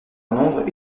nombre